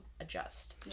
adjust